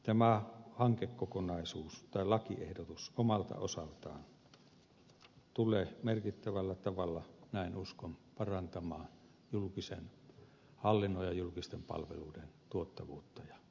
tämä hankekokonaisuus tai lakiehdotus omalta osaltaan tulee merkittävällä tavalla näin uskon parantamaan julkisen hallinnon ja julkisten palvelujen tuottavuutta ja toimivuutta